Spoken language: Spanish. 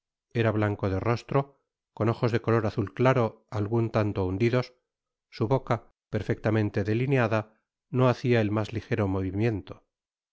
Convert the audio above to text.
era blanco de rostro con ojos de color azul claro algun tanto hundidos su boca perfectamente delineada no hacia el mas lijero movimiento